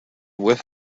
with